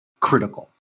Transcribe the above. critical